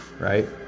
Right